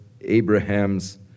Abraham's